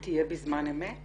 וההתייחסות לזה תהיה בזמן אמת?